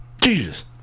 Jesus